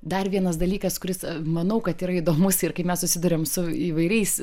dar vienas dalykas kuris manau kad yra įdomus ir kai mes susiduriam su įvairiais